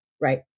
right